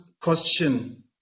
question